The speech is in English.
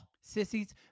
Sissies